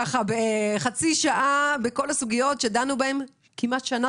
בחצי שעה נגעתם בכל הסוגיות שדנו בהם כמעט שנה